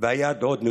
והיד עוד נטויה.